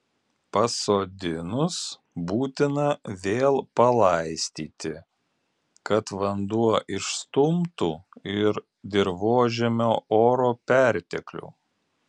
pasodinus būtina vėl palaistyti kad vanduo išstumtų ir dirvožemio oro perteklių